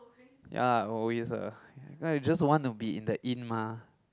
ya always eh I got just wanna be in the in mah